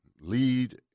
lead